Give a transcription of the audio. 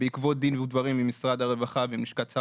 בעקבות דין ודברים בין משרד הרווחה ולשכת שר